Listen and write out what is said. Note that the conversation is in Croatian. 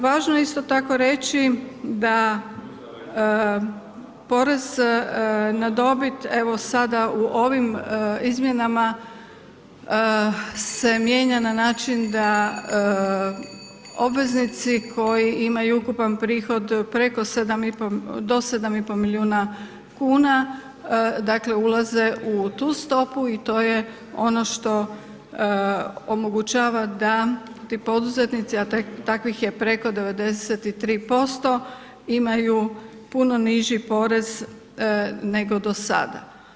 Važno je isto tako reći, da porez na dobit evo sada u ovim izmjenama se mijenja na način da obveznici koji imaju ukupan prihod preko do 7,5 milijuna kuna, dakle ulaze u tu stopu i to je ono što omogućava da ti poduzetnici a takvih je preko 93%, imaju puno niži porez nego do sada.